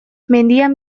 mendian